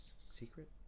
secret